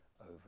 over